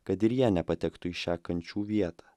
kad ir jie nepatektų į šią kančių vietą